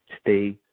Stay